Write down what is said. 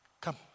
come